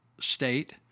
state